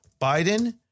Biden